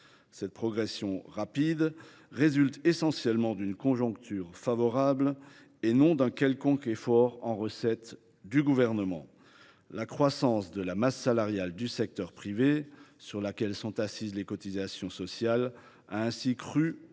Cette progression rapide résulte essentiellement d’une conjoncture favorable, et non d’un quelconque effort en recettes du Gouvernement. La croissance de la masse salariale du secteur privé, sur laquelle sont assises les cotisations sociales, a ainsi crû